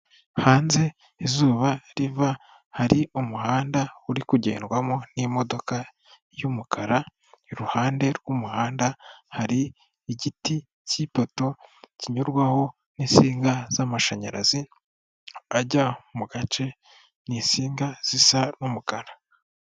Hanze izuba riva hari umuhanda uri kugendwamo n'imodoka y'umukara, iruhande rw'umuhanda hari igiti cy'ipoto kinyurwaho n'insinga z'amashanyarazi, ajya mu gace ni insinga zisa n'umukara.